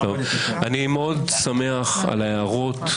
מאוד שמח על ההערות,